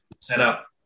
setup